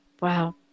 Wow